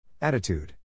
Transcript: Attitude